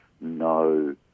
no